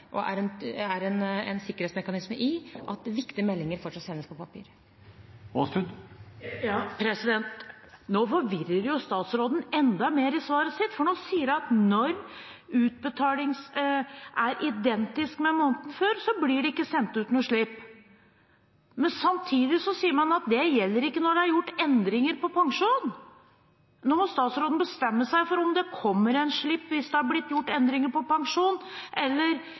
og en sikkerhetsmekanisme i at viktige meldinger fortsatt sendes på papir. Nå forvirrer statsråden enda mer i svaret sitt, for nå sier hun at når utbetalingene er identisk med måneden før, blir det ikke sendt ut noen slipp. Samtidig sier man at det gjelder ikke når det er gjort endringer i pensjonen. Nå må statsråden bestemme seg for om det kommer en slipp hvis det er blitt gjort endringer i pensjonen, eller